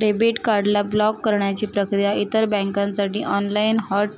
debit card ला block करण्याची प्रक्रिया इतर बँकांसाठी ऑनलाइन हॉट